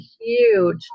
huge